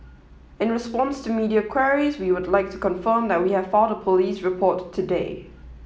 in response to media queries we would like to confirm that we have filed a police report today